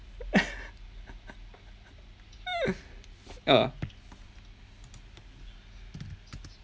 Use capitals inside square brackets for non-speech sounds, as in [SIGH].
[LAUGHS] uh